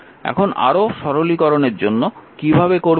এখন আরও সরলীকরণের জন্য কীভাবে করবেন